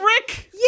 Rick